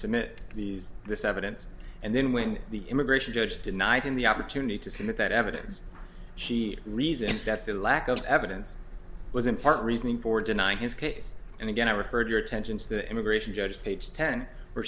submit these this evidence and then when the immigration judge denied him the opportunity to submit that evidence she reasoned that the lack of evidence was in part reasoning for denying his case and again i referred your attention to the immigration judge page ten or